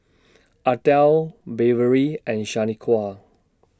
Ardelle Beverly and Shanequa